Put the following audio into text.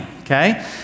Okay